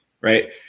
right